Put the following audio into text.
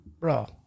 Bro